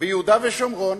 ביהודה ושומרון,